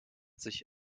sich